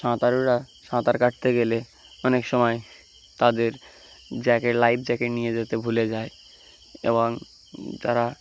সাঁতারুরা সাঁতার কাটতে গেলে অনেক সময় তাদের জ্যাকেট লাইফ জ্যাকেট নিয়ে যেতে ভুলে যায় এবং তারা